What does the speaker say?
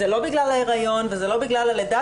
זה לא בגלל ההיריון וזה לא בגלל הלידה,